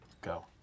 Go